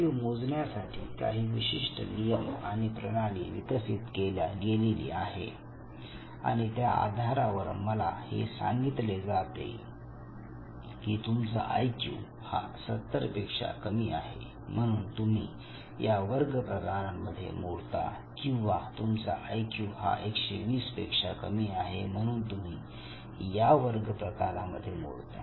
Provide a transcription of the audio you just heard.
IQ मोजण्यासाठी काही विशिष्ट नियम आणि प्रणाली विकसित केल्या गेलेली आहे आणि त्या आधारावर मला हे सांगितले जाते की तुमचा आईक्यू हा 70 पेक्षा कमी आहे म्हणून तुम्ही या वर्ग प्रकारांमध्ये मोडता किंवा तुमचा आईक्यू हा 120 पेक्षा कमी आहे म्हणून तुम्ही या वर्ग प्रकारामध्ये मोडता